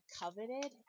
coveted